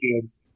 kids